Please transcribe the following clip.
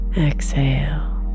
exhale